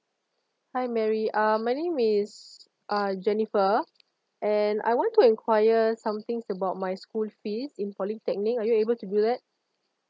hi mary uh my name is uh jennifer and I want to enquire some things about my school fees in polytechnic are you able to do that